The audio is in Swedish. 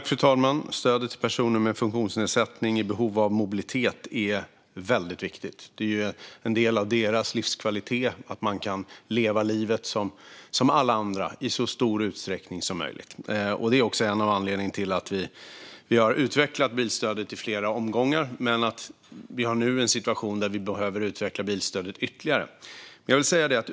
Fru talman! Stödet till personer med funktionsnedsättning i behov av mobilitet är viktigt. Det är en del av deras livskvalitet att kunna leva livet som alla andra i så stor utsträckning som möjligt. Det är också en av anledningarna till att vi har utökat bilstödet i flera omgångar, men nu har vi en situation där vi behöver utveckla bilstödet ytterligare.